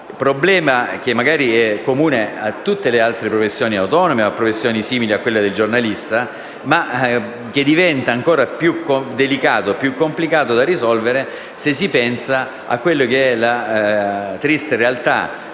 problema che magari è comune a tutte le altre professioni autonome, a professioni simili a quella del giornalista, ma che diventa ancora più delicato e più complicato da risolvere se si pensa alla triste realtà